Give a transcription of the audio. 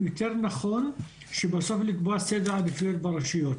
יותר נכון שבסוף שייקבע סדר עדיפויות ברשויות.